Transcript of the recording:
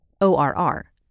ORR